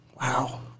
Wow